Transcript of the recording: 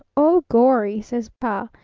oh, gorry says pa.